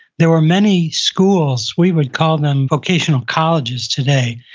there were many schools, we would call them vocational colleges today,